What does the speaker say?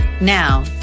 Now